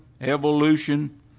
evolution